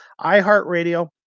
iHeartRadio